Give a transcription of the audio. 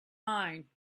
mine